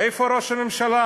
איפה ראש הממשלה?